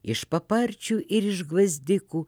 iš paparčių ir iš gvazdikų